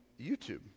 YouTube